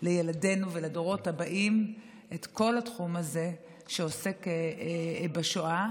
לילדינו ולדורות הבאים את כל התחום הזה שעוסק בשואה,